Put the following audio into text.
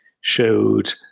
showed